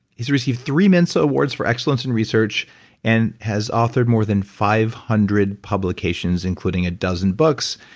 he's received three mensa awards for excellence in research and has authored more than five hundred publications including a dozen books.